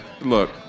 look